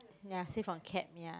ya save on cab ya